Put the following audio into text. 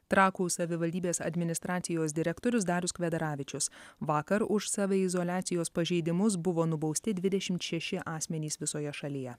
trakų savivaldybės administracijos direktorius darius kvedaravičius vakar už saviizoliacijos pažeidimus buvo nubausti dvidešimt šeši asmenys visoje šalyje